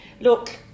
look